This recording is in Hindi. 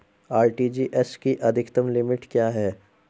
आर.टी.जी.एस की अधिकतम लिमिट क्या है?